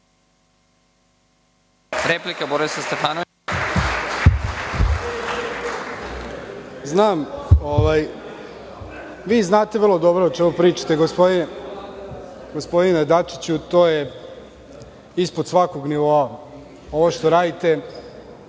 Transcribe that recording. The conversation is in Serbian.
Replika, Borislav Stefanović.